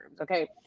okay